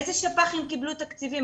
איזה שפ"חים קיבלו תקציבים.